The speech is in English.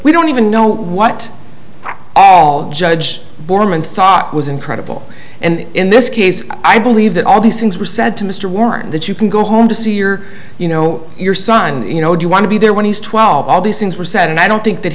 we don't even know what judge borman thought was incredible and in this case i believe that all these things were said to mr warren that you can go home to see your you know your son you know do you want to be there when he's twelve all these things were said and i don't think that